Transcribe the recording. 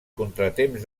contratemps